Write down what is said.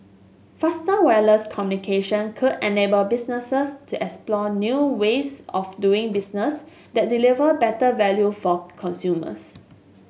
faster wireless communication could enable businesses to explore new ways of doing business that deliver better value for consumers